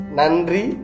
Nandri